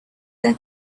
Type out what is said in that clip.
their